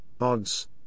odds